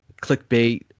Clickbait